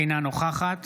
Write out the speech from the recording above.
אינה נוכחת